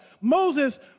Moses